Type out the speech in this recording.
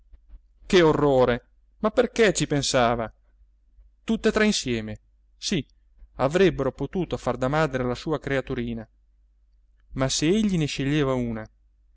che orrore ma perché ci pensava tutte e tre insieme sì avrebbero potuto far da madre alla sua creaturina ma se egli ne sceglieva una